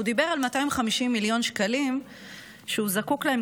הוא דיבר על 250 מיליון שקלים שהוא זקוק להם